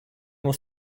was